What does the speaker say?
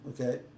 Okay